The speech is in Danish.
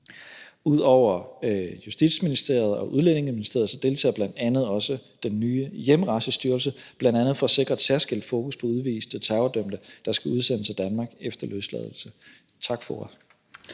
Ud over Justitsministeriet og Udlændinge- og Integrationsministeriet deltager bl.a. også den nye Hjemrejsestyrelse, bl.a. for at sikre et særskilt fokus på udviste terrordømte, der skal udsendes af Danmark efter løsladelse. Tak for